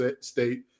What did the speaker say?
State